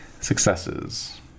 successes